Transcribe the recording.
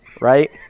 right